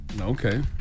Okay